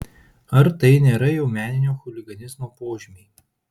ar tai nėra jau meninio chuliganizmo požymiai